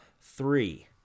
three